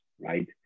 right